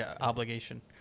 obligation